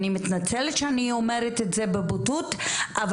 אני מתנצלת שאני אומרת את זה בבוטות אבל